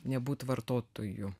nebūt vartotoju